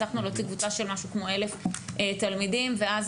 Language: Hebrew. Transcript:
הצלחנו להוציא קבוצה של כ-1,000 תלמידים ואז